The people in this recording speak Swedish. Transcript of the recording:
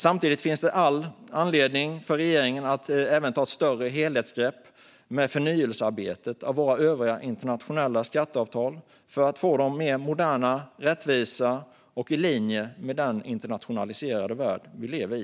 Samtidigt finns det all anledning för regeringen att ta ett större helhetsgrepp om förnyelsearbetet även när det gäller våra övriga internationella skatteavtal för att få dem mer moderna, rättvisa och i linje med den internationaliserade värld vi lever i.